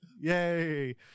yay